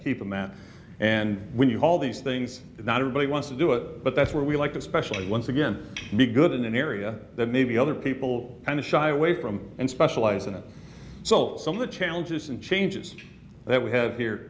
map and when you haul these things not everybody wants to do it but that's where we like especially once again be good in an area that maybe other people kind of shy away from and specialize in and so some of the challenges and changes that we have here